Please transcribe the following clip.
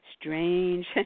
strange